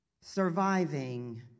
Surviving